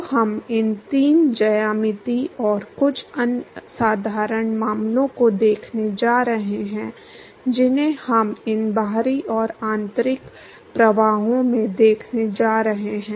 तो हम इन तीन ज्यामिति और कुछ अन्य साधारण मामलों को देखने जा रहे हैं जिन्हें हम इन बाहरी और आंतरिक प्रवाहों में देखने जा रहे हैं